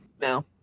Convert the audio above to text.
No